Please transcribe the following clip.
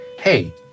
hey